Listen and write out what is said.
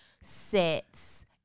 sets